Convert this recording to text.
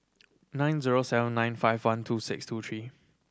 nine zero seven nine five one two six two three